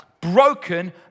broken